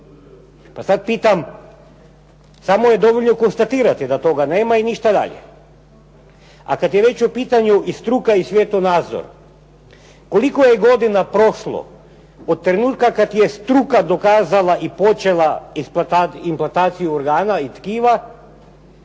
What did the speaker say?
Pa sada pitam, samo je dovoljno konstatirati da toga nema i ništa dalje. A kada je već u pitanju i struka i svjetonazor. Koliko je godina prošlo od trenutka kada je struka dokazala i počela implantaciju organa i tkiva,